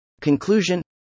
Conclusion